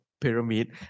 pyramid